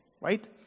right